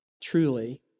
truly